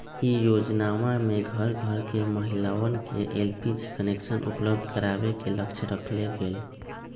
ई योजनमा में घर घर के महिलवन के एलपीजी कनेक्शन उपलब्ध करावे के लक्ष्य रखल गैले